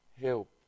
help